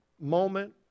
moment